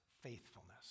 faithfulness